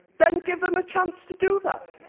then give them a chance to do that.